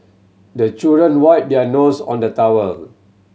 the children wipe their nose on the towel